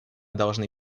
должны